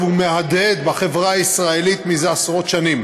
ומהדהד בחברה הישראלית זה עשרות שנים.